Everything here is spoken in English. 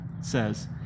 says